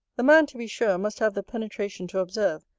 the man, to be sure, must have the penetration to observe,